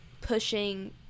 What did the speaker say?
pushing